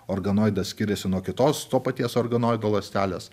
organoidas skiriasi nuo kitos to paties organoido ląstelės